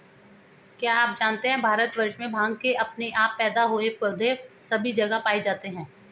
क्या आप जानते है भारतवर्ष में भांग के अपने आप पैदा हुए पौधे सभी जगह पाये जाते हैं?